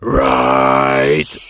right